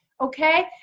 okay